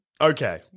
Okay